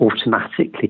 automatically